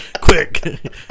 Quick